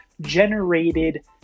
generated